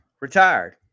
retired